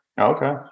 Okay